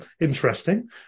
interesting